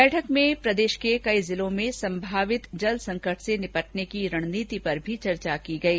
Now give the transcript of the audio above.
बैठक में प्रदेश के कई जिलों में संभावित जल संकट से निपटने की रणनीति पर भी चर्चा की गयी